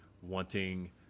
wanting